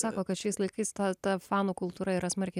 sako kad šiais laikais ta ta fanų kultūra yra smarkiai